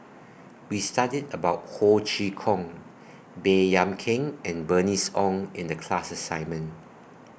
We studied about Ho Chee Kong Baey Yam Keng and Bernice Ong in The class assignment